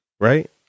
right